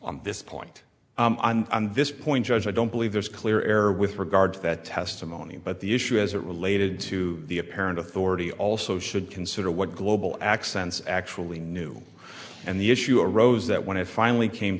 on this point on this point judge i don't believe there's a clear error with regard to that testimony but the issue as it related to the apparent authority also should consider what global accents actually knew and the issue arose that when it finally came